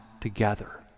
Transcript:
together